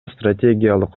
стратегиялык